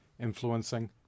influencing